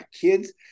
kids